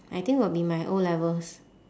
I think would be my O-levels